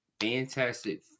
Fantastic